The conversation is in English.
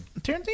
Tarantino